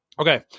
Okay